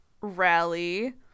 rally